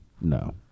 No